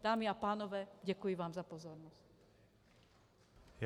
Dámy a pánové, děkuji vám za pozornost.